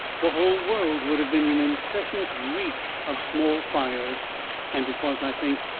the whole world would have been an incessant reek of small fires and it was, i think,